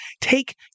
take